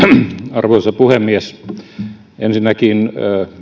arvoisa puhemies ensinnäkin